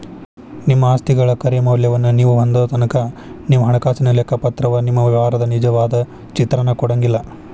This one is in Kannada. ನಿಮ್ಮ ಆಸ್ತಿಗಳ ಖರೆ ಮೌಲ್ಯವನ್ನ ನೇವು ಹೊಂದೊತನಕಾ ನಿಮ್ಮ ಹಣಕಾಸಿನ ಲೆಕ್ಕಪತ್ರವ ನಿಮ್ಮ ವ್ಯವಹಾರದ ನಿಜವಾದ ಚಿತ್ರಾನ ಕೊಡಂಗಿಲ್ಲಾ